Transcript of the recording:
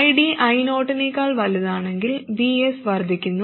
ID I0 നേക്കാൾ വലുതാണെങ്കിൽ Vs വർദ്ധിക്കുന്നു